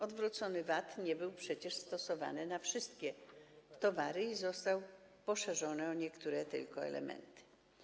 Odwrócony VAT nie był przecież stosowany na wszystkie towary i został poszerzony o niektóre tylko elementy.